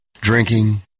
Drinking